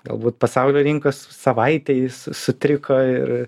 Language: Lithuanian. galbūt pasaulio rinkos savaitei su sutriko ir